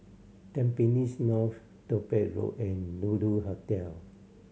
Tampines North Topaz Road and Lulu Hotel